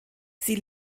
sie